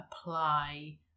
apply